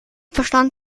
bestand